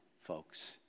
folks